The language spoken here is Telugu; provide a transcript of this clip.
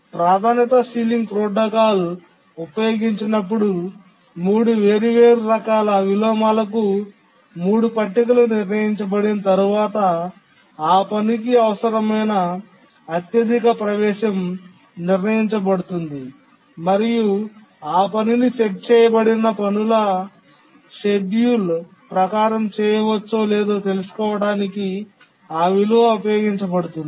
ప్రాధాన్యత సీలింగ్ ప్రోటోకాల్ ఉపయోగించినప్పుడు 3 వేర్వేరు రకాల విలోమాలకు 3 పట్టికలు నిర్ణయించబడిన తరువాత ఆ పనికి అనుగుణమైన అత్యధిక ప్రవేశం నిర్ణయించబడుతుంది మరియు ఆ పనిని సెట్ చేయబడిన పనులు షెడ్యూల్ ప్రకారం చేయవచ్చో లేదో తెలుసుకోవడానికి ఆ విలువ ఉపయోగించబడుతుంది